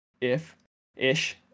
if-ish